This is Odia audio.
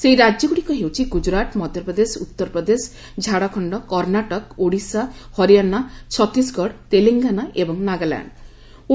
ସେହି ରାଜ୍ୟଗୁଡ଼ିକ ହେଉଛି ଗୁଜୁରାଟ୍ ମଧ୍ୟପ୍ରଦେଶ ଉତ୍ତର ପ୍ରଦେଶ ଝାଡ଼ଖଣ୍ଡ କର୍ଣ୍ଣାଟକ ଓଡ଼ିଶା ହରିୟାଣା ଛତିଶଗଡ଼ ତେଲଙ୍ଗାନା ଏବଂ ନାଗାଲ୍ୟାଣ୍ଡ୍